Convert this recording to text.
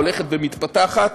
ההולכת ומתפתחת,